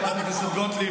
שמענו את העדויות שלהם